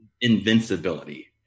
invincibility